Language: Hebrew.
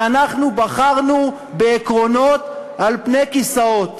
כי אנחנו בחרנו בעקרונות על-פני כיסאות.